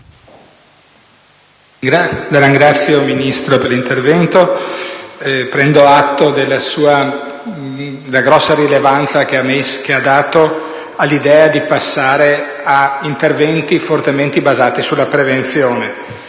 signor Ministro, per il suo intervento. Prendo atto della grande rilevanza da lei data all'idea di passare ad interventi fortemente basati sulla prevenzione.